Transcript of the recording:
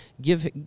Give